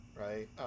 right